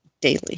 daily